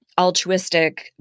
altruistic